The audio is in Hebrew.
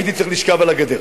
הייתי צריך לשכב על הגדר.